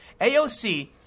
AOC